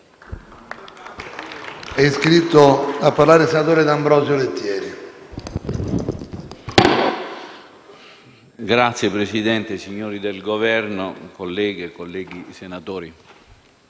Signor Presidente, signori del Governo, colleghe e colleghi senatori,